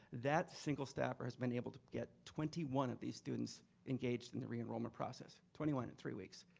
that single staff has been able to get twenty one of these students engaged in the re-enrollment process. twenty one in three weeks.